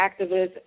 activist